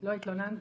לא התלוננתי.